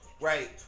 right